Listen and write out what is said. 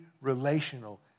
relational